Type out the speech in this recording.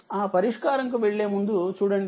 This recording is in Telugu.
ఆ పరిష్కారం కు వెళ్ళే ముందు చూడండి